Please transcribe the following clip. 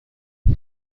این